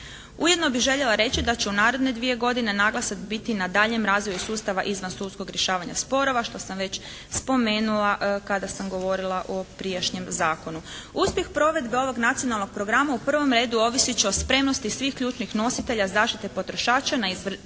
Ujedno bi željela reći da će u naredne dvije godine naglasak biti na daljem razvoju sustava izvan sudskog rješavanja sporova što sam već spomenula kada sam govorila o prijašnjem zakonu. Uspjeh provedbe ovog Nacionalnog programa u prvom redu ovisit će o spremnosti svih ključnih nositelja zaštite potrošača na izvršavanju